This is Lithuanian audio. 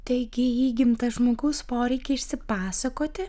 taigi įgimtą žmogaus poreikį išsipasakoti